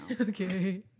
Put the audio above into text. Okay